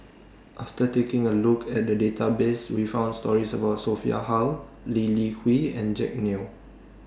after taking A Look At The Database We found stories about Sophia Hull Lee Li Hui and Jack Neo